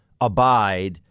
abide